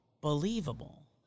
Believable